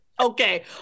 Okay